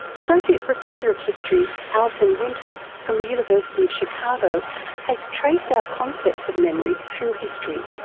associate professor of history alison winter from the university of chicago has traced our concepts of memory through history.